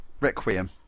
Requiem